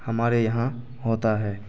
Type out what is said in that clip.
ہمارے یہاں ہوتا ہے